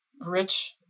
rich